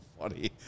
funny